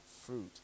fruit